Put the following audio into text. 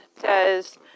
says